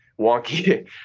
wonky